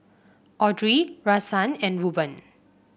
Audrey Rahsaan and Ruben